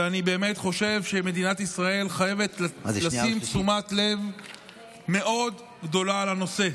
ואני באמת חושב שמדינת ישראל חייבת לשים תשומת לב מאוד גדולה לנושא.